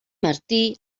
martí